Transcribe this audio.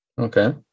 Okay